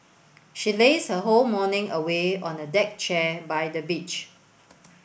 she lazed her whole morning away on the deck chair by the beach